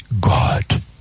God